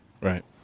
Right